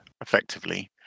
effectively